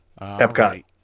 Epcot